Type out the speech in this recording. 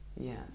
Yes